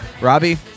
Robbie